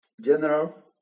general